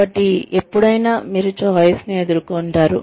కాబట్టి ఎప్పుడైనా మీరు ఛాయిస్ ను ఎదుర్కొంటారు